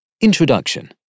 Introduction